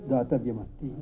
दातव्यमस्ति